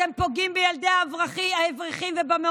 אתם פוגעים בילדי האברכים ובמעונות,